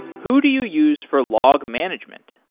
who do you use for log management?